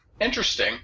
interesting